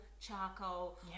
charcoal